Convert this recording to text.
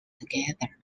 together